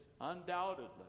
Undoubtedly